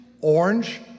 orange